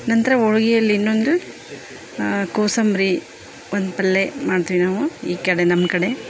ನಂತರ ಹೋಳಿಗೆಯಲ್ಲಿ ಇನ್ನೊಂದು ಕೋಸಂಬರಿ ಒಂದು ಪಲ್ಲೆ ಮಾಡ್ತೀವಿ ನಾವು ಈ ಕಡೆ ನಮ್ಮ ಕಡೆ